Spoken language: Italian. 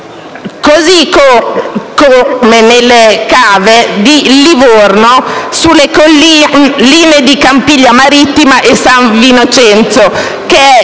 estrattivo; le cave di Livorno, sulle colline di Campiglia Marittima e San Vincenzo,